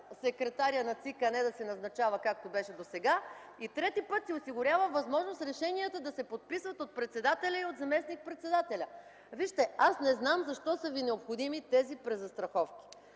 секретаря на ЦИК, а не да се назначава, както беше досега, и трети път си осигурява възможност решенията да се подписват от председателя и от заместник-председателя. Вижте, не знам защо са ви необходими тези презастраховки.